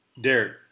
Derek